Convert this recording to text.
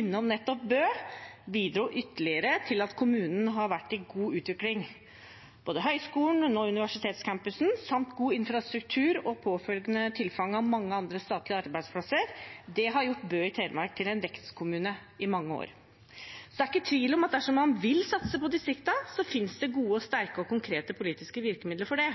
innom nettopp Bø, bidro ytterligere til at kommunen har vært i god utvikling. Både høyskolen, nå universitetscampusen, god infrastruktur og påfølgende tilfang av mange andre statlige arbeidsplasser har gjort Bø i Telemark til en vekstkommune i mange år. Det er ikke tvil om at dersom man vil satse på distriktene, finnes det gode, sterke og konkrete politiske virkemidler for det.